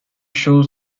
shows